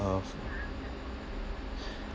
uh